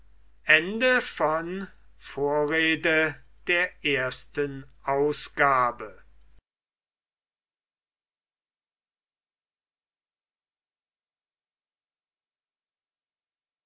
vorrede der ersten ausgabe